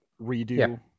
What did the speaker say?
redo